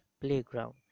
playground